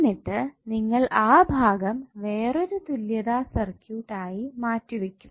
എന്നിട്ട് നിങ്ങൾ ആ ഭാഗം വേറൊരു തുല്യതാ സർക്യൂട്ട് ആയി മാറ്റി വയ്ക്കും